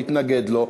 להתנגד לו.